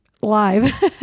live